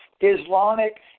Islamic